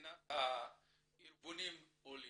ארגוני העולים,